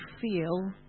feel